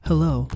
Hello